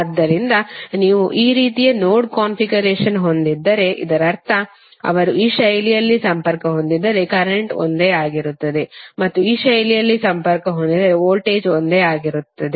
ಆದ್ದರಿಂದ ನೀವು ಈ ರೀತಿಯ ನೋಡ್ ಕಾನ್ಫಿಗರೇಶನ್ ಹೊಂದಿದ್ದರೆ ಇದರರ್ಥ ಅವರು ಈ ಶೈಲಿಯಲ್ಲಿ ಸಂಪರ್ಕ ಹೊಂದಿದ್ದರೆ ಕರೆಂಟ್ ಒಂದೇ ಆಗಿರುತ್ತದೆ ಮತ್ತು ಈ ಶೈಲಿಯಲ್ಲಿ ಸಂಪರ್ಕ ಹೊಂದಿದ್ದರೆ ವೋಲ್ಟೇಜ್ ಒಂದೇ ಆಗಿರುತ್ತದೆ